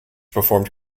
performed